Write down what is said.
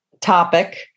topic